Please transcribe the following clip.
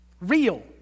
real